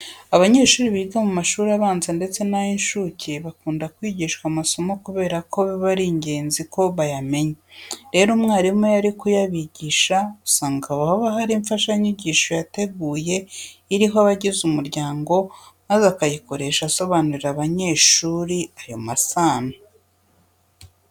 Abanyeshuri biga mu mashuri abanze ndetse n'ay'incuke bakunda kwigishwa amasano kubera ko biba ari ingenzi ko bayamenya. Rero umwarimu iyo ari kuyabigisha usanga haba hari imfashanyigisho yateguye iriho abagize umuryango maze akayikoresha asobanurira abanyeshuri ayo masano.